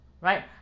Right